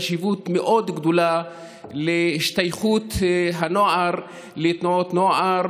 חשיבות גדולה מאוד להשתייכות הנוער לתנועות נוער